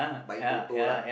buy Toto lah